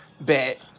Bet